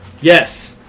yes